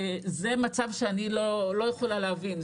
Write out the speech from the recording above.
זה מצב שאני לא יכולה להבין.